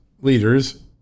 leaders